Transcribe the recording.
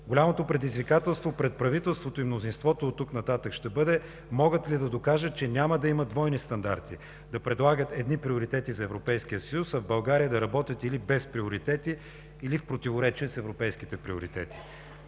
Голямото предизвикателство пред правителството и мнозинството от тук нататък ще бъде могат ли да докажат, че няма да има двойни стандарти – да предлагат едни приоритети за Европейския съюз, а в България да работят или без приоритети, или в противоречие с европейските приоритети.